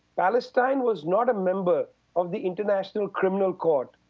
palestine was not a member of the international criminal court.